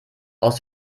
aus